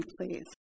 please